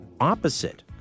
opposite